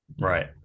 Right